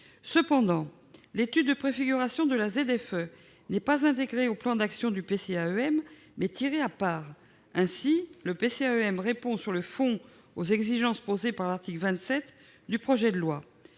Cependant, l'étude de préfiguration de la ZFE n'est pas intégrée au plan d'action du PCAEM, mais tirée à part. Ainsi, le PCAEM répond sur le fond aux exigences posées par l'article 27 du projet de loi.